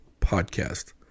podcast